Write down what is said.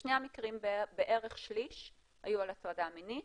בשני המקרים בערך שליש היו על הטרדה מינית.